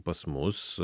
pas mus